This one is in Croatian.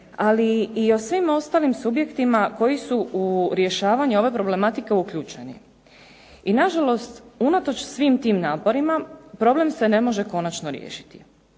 ali i o svim ostalim subjektima koji su u rješavanju ove problematike uključeni. I nažalost, unatoč svim tim naporima problem se ne može konačno riješiti.